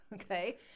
Okay